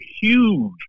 huge